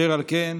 אשר על כן,